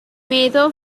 meddwl